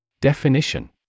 Definition